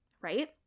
right